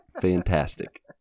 Fantastic